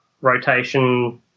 rotation